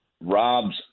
robs